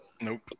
Nope